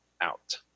out